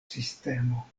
sistemo